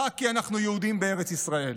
רק כי אנחנו יהודים בארץ ישראל.